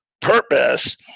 purpose